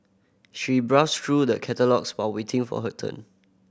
she browsed through the catalogues while waiting for her turn